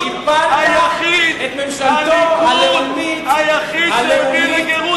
הפלתם את ממשלתו הלאומית של בנימין